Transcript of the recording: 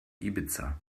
ibiza